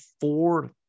four